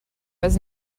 was